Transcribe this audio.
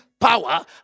Power